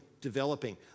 developing